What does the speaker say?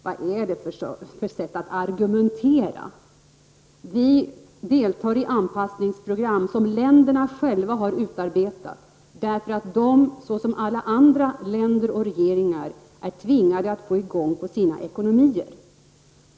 Vad är det för sätt att argumentera? Vi deltar i anpassningsprogram som länderna själva har utarbetat, därför att de såsom andra länder och regeringar är tvingade att få i gång sin ekonomi.